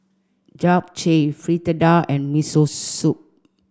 Japchae Fritada and Miso Soup